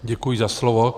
Děkuji za slovo.